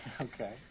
okay